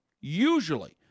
usually